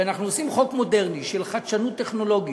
כשאנחנו עושים חוק מודרני של חדשנות טכנולוגית,